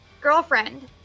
girlfriend